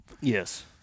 yes